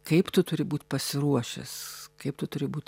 kaip tu turi būt pasiruošęs kaip tu turi būt